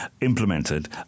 implemented